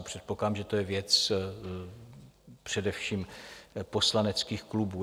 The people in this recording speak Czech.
Předpokládám, že to je věc především poslaneckých klubů.